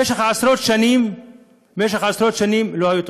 במשך עשרות שנים לא היו תוכניות,